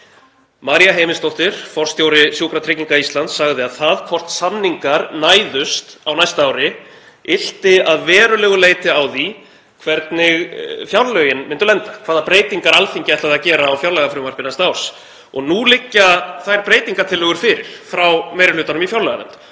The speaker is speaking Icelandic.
María Heimisdóttir, forstjóri Sjúkratrygginga Íslands, sagði að það hvort samningar næðust á næsta ári ylti að verulegu leyti á því hvernig fjárlögin myndu lenda, hvaða breytingar Alþingi ætlaði að gera á fjárlagafrumvarpi næsta árs. Nú liggja þær breytingartillögur fyrir frá meiri hlutanum í fjárlaganefnd